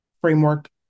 framework